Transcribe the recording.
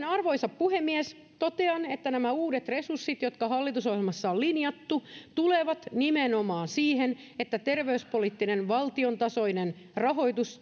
arvoisa puhemies totean että uudet resurssit jotka hallitusohjelmassa on linjattu tulevat nimenomaan siihen että terveyspoliittinen valtiontasoinen rahoitus